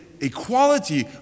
equality